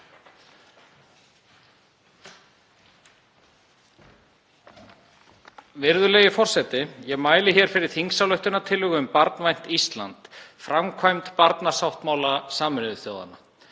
Virðulegi forseti. Ég mæli hér fyrir þingsályktunartillögu um Barnvænt Ísland – framkvæmd barnasáttmála Sameinuðu þjóðanna.